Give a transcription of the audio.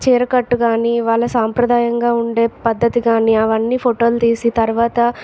చీరకట్టు కానీ వాళ్ళ సంప్రదాయంగా ఉండే పద్ధతి కానీ అవన్నీ ఫోటోలు తీసి తర్వాత